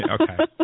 Okay